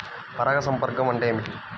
పరాగ సంపర్కం అంటే ఏమిటి?